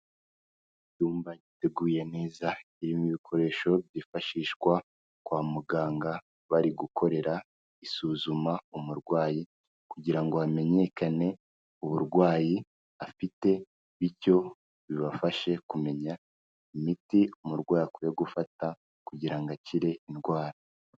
Icyumba giteguye neza, kirimo bikoresho byifashishwa kwa muganga bari gukorera isuzuma umurwayi, kugira ngo hamenyekane uburwayi afite, bityo bibafashe kumenya imiti umurwayi akwiye gufata, kugira ngo akire indwara.